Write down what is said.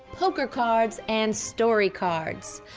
poker cards and story cards.